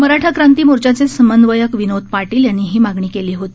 मराठा क्रांती मोर्चाचे समन्वयक विनोद पाटील यांनी ही मागणी केली होती